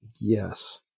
Yes